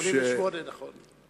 88', נכון.